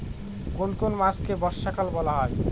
কোন কোন মাসকে বর্ষাকাল বলা হয়?